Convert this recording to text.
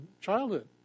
childhood